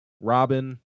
Robin